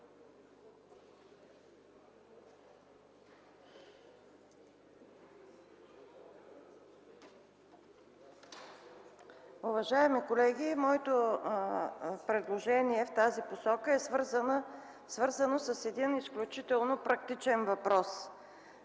Уважаеми колеги, моето предложение в тази посока е свързано с един изключително практичен въпрос.